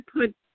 put